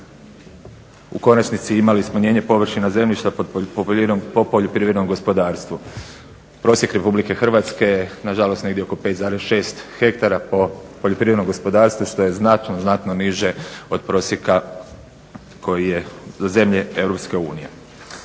u konačnici imale smanjenje površina zemljišta po poljoprivrednom gospodarstvu. Prosjek Republike Hrvatske je nažalost negdje oko 5,6 hektara po poljoprivrednom gospodarstvu što je znatno, znatno niže od prosjeka koji je za zemlje EU.